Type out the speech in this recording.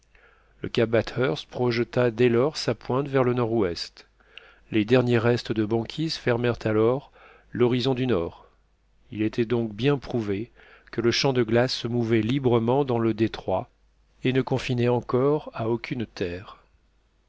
le cap bathurst projeta dès lors sa pointe vers le nord-ouest les derniers restes de banquise fermèrent alors l'horizon du nord il était donc bien prouvé que le champ de glace se mouvait librement dans le détroit et ne confinait encore à aucune terre